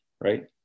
right